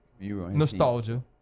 nostalgia